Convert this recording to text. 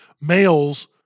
males